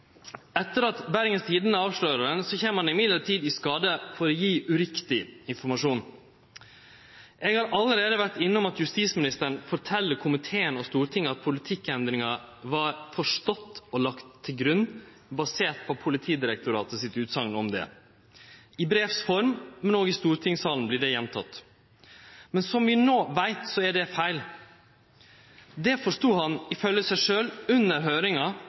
Etter at Bergens Tidende avslører saka, kjem han likevel i skade for å gje uriktig informasjon. Eg har allereie vore innom at justisministeren fortel komiteen og Stortinget at politikkendringa «var forstått og lagt til grunn», basert på Politidirektoratets utsegn om det. I brevs form, men også i stortingssalen, vart det gjenteke. Men, som vi no veit, er det feil. Det forstod han, ifølgje seg sjølv, under høyringa,